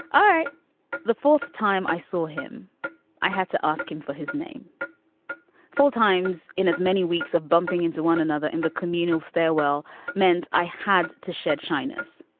all right the fourth time i saw him i had to ask him for his name four times in as many weeks of bumping into one another in the communal stairwell meant i had to shed shyness.